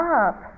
up